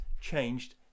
changed